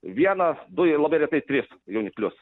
vieną du ir labai retai tris jauniklius